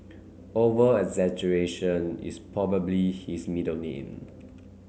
over exaggeration is probably his middle name